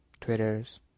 Twitters